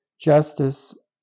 justice